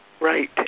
Right